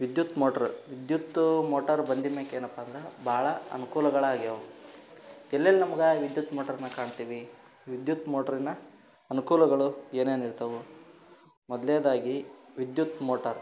ವಿದ್ಯುತ್ ಮೋಟ್ರ್ ವಿದ್ಯುತ್ತು ಮೋಟಾರು ಬಂದಿದ ಮ್ಯಾಕೆ ಏನಪ್ಪ ಅಂದ್ರೆ ಭಾಳ ಅನ್ಕೂಲಗಳು ಆಗ್ಯಾವೆ ಎಲ್ಲೆಲ್ಲಿ ನಮ್ಗೆ ವಿದ್ಯುತ್ ಮೋಟರನ್ನ ಕಾಣ್ತೀವಿ ವಿದ್ಯುತ್ ಮೋಟ್ರಿನ ಅನುಕೂಲಗಳು ಏನೇನು ಇರ್ತವೆ ಮೊದ್ಲನೇದಾಗಿ ವಿದ್ಯುತ್ ಮೋಟಾರ್